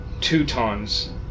Teutons